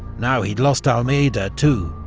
now he'd lost almeida too.